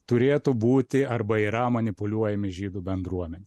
turėtų būti arba yra manipuliuojami žydų bendruomene